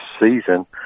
season